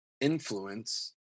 influence